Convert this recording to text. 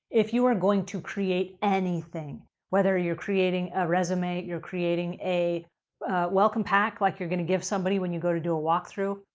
if you are going to create anything, whether you're creating a resume, you're creating a welcome pack, like you're going to give somebody when you go to do a walkthrough,